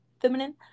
feminine